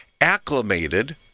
acclimated